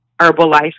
Herbalife